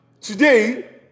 today